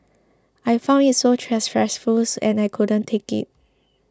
I found it so stressful and I couldn't take it